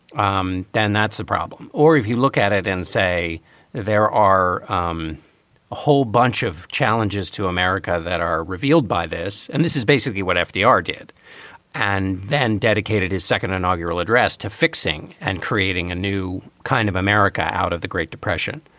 um then that's a problem. or if you look at it and say there are a um whole bunch of challenges to america that are revealed by this, and this is basically what fdr did and then dedicated his second inaugural address to fixing and creating a new kind of america out of the great depression.